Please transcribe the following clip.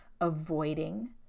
avoiding